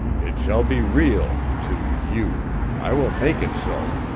it shall be real to you i will make it so.